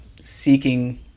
seeking